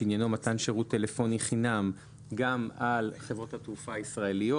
שעניינו מתן שירות טלפוני חינם גם על חברות התעופה הישראליות,